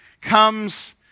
comes